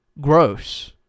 gross